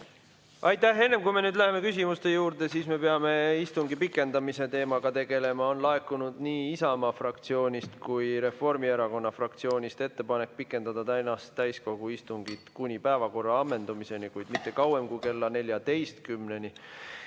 Aitäh! Enne kui me läheme küsimuste juurde, peame me istungi pikendamise teemaga tegelema. On laekunud nii Isamaa fraktsiooni kui ka Reformierakonna fraktsiooni ettepanek pikendada tänast täiskogu istungit kuni päevakorra ammendumiseni, kuid mitte kauem kui kella 14‑ni.